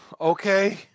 Okay